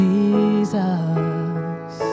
Jesus